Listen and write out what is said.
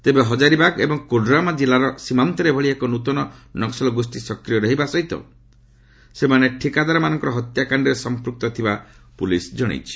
ତେବେ ହକାରିବାଗ୍ ଏବଂ କୋଡରମା ଜିଲ୍ଲାର ସୀମାନ୍ତରେ ଏଭଳି ଏକ ନୃତନ ନକ୍କଲ ଗୋଷ୍ଠୀ ସକ୍ରିୟ ରହିବା ସହିତ ସେମାନେ ଠିକାଦାରମାନଙ୍କର ହତ୍ୟାକାଶ୍ତରେ ସମ୍ପୃକ୍ତ ଥିବାର ପୁଲିସ୍ ସୁତ୍ରରୁ ଜଣାପଡ଼ିଛି